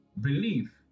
belief